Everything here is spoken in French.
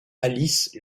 alice